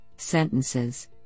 Sentences